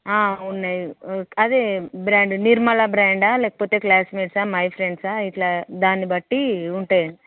ఉన్నాయి అదే బ్రాండ్ నిర్మల బ్రాండా లేకపోతే క్లాస్మేట్సా మై ఫ్రెండ్సా ఇట్లా దాన్ని బట్టి ఉంటాయండి